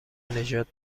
نژاد